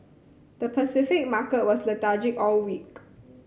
the Pacific market was lethargic all week